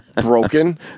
broken